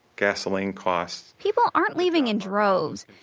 gasoline costs. people aren't leaving in droves.